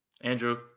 Andrew